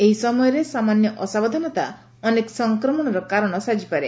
ଏହି ସମୟରେ ସାମାନ୍ୟ ଅସାବଧାନତା ଅନେକ ସଂକ୍ରମଣର କାରଣ ସାଜିପାରେ